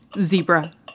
zebra